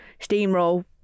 steamroll